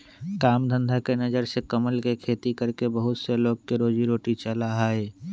काम धंधा के नजर से कमल के खेती करके बहुत से लोग के रोजी रोटी चला हई